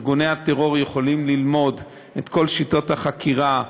ארגוני הטרור יכולים ללמוד את כל שיטות החקירה,